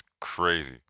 crazy